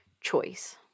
choice